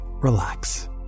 Relax